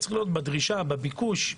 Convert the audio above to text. נראה בדרישה, בביקוש,